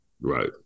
Right